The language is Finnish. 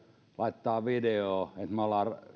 laittaa videota